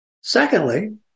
Secondly